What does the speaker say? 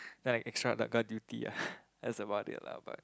then I extra guard duty ah that's about it lah but